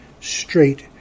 Straight